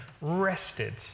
rested